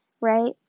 right